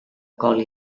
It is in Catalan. col